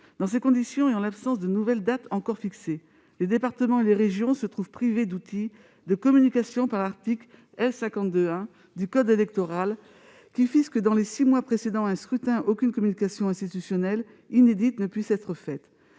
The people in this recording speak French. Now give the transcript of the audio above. Dans ces conditions, et en l'absence de nouvelle date, les départements et les régions se trouvent privés d'outils de communication par l'article L. 52-1 du code électoral, qui dispose que, dans les six mois précédant un scrutin, aucune communication institutionnelle inédite ne peut être faite.